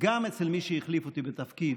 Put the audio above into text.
גם אצל מי שהחליף אותי בתפקיד,